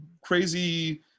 crazy